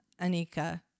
Anika